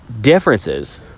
differences